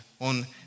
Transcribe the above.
on